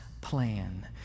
plan